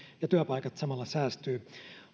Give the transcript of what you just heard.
ja työpaikat samalla säästyvät